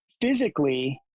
Physically